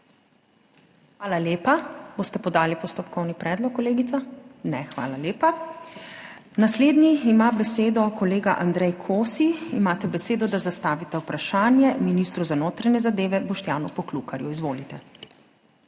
Hvala lepa. Boste podali postopkovni predlog, kolegica? (Ne.) Hvala lepa. Naslednji ima besedo kolega Andrej Kosi. Imate besedo, da zastavite vprašanje ministru za notranje zadeve Boštjanu Poklukarju, izvolite.